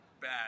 bad